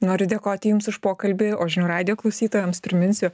noriu dėkoti jums už pokalbį o žinių radijo klausytojams priminsiu